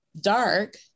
Dark